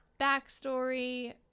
backstory